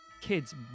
kid's